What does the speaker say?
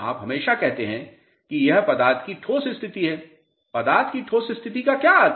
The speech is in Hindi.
आप हमेशा कहते हैं कि यह पदार्थ की ठोस स्थिति है पदार्थ की ठोस स्थिति का क्या अर्थ है